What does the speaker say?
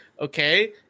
Okay